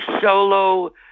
solo